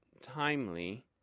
timely